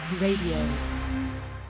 Radio